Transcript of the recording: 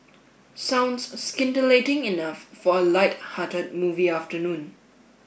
sounds scintillating enough for a lighthearted movie afternoon